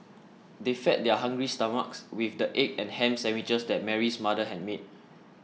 they fed their hungry stomachs with the egg and ham sandwiches that Mary's mother had made